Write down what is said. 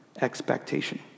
expectation